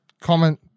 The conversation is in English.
comment